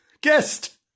Guest